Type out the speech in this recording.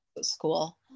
school